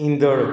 ईंदड़ु